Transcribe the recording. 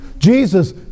Jesus